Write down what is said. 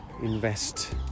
invest